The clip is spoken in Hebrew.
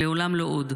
לעולם לא עוד.